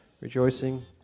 rejoicing